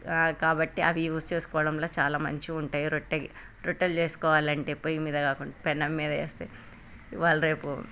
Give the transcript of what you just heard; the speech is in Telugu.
కాబట్టి అవి యూస్ చేసుకోవడంలో చాలా మంచిగా ఉంటాయి రొట్టె రొట్టెలు చేసుకోవాలంటే పొయ్యి మింద కాకుండా పెనం మీద వేస్తే ఇవాళ రేపు